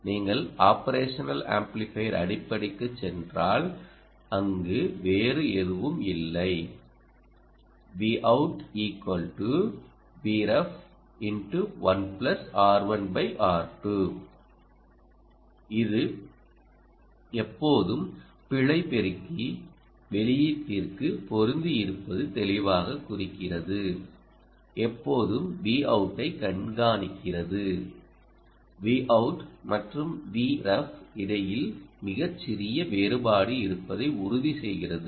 நீங்கள் operational amplifier அடிப்படைக்குச் சென்றால் அங்கு வேறு எதுவும் இல்லை இது எப்போதும் பிழை பெருக்கி வெளியீட்டிற்கு பொருந்தி இருப்பது தெளிவாகக் குறிக்கிறது எப்போதும் Vout ஐ கண்காணிக்கிறது Vout மற்றும் Vref இடையில் மிகச் சிறிய வேறுபாடு இருப்பதை உறுதிசெய்கிறது